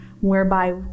whereby